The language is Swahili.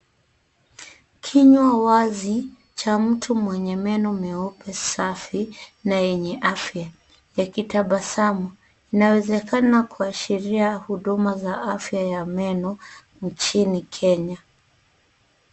Kinywa wazi cha mtu mwenye meno meupe safi na yenye afya yakitabasamu. Inawezekana kuashiria huduma za afya ya meno nchini Kenya.